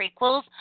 prequels